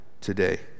today